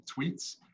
tweets